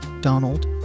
Donald